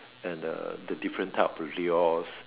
and the the different type of lures